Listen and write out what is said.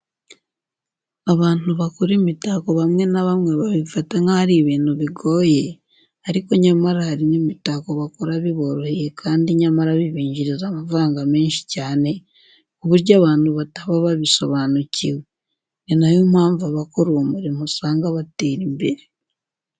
Abantu bakora imitako bamwe na bamwe babifata nk'aho ari ibintu bigoye, ariko nyamara hari n'imitako bakora biboroheye kandi nyamara bibinjiriza amafaranga menshi cyane, ku buryo abantu bataba babisobanukiwe. Ni na yo mpamvu abakora uwo murimo usanga batera imbere.